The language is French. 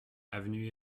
avenue